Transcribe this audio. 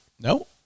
no